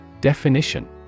Definition